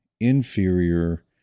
inferior